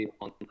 on